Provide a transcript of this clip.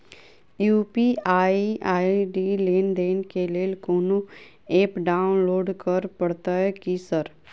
UPI ID लेनदेन केँ लेल कोनो ऐप डाउनलोड करऽ पड़तय की सर?